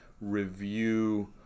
review